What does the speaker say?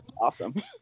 awesome